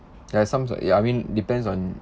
there are some s~ ya I mean depends on